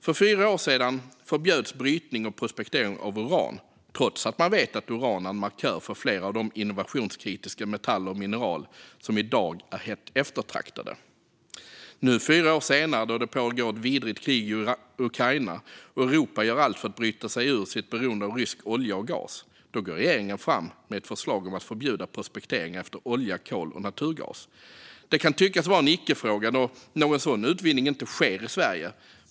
För fyra år sedan förbjöds brytning och prospektering av uran, trots att man vet att uran är en markör för flera av de innovationskritiska metaller och mineral som i dag är hett eftertraktade. Nu fyra år senare, då det pågår ett vidrigt krig i Ukraina, och Europa gör allt för att bryta sig ur sitt beroende av rysk olja och gas, går regeringen fram med ett förslag om att förbjuda prospektering efter olja, kol och naturgas. Det kan tyckas vara en icke-fråga då någon sådan utvinning inte sker i Sverige.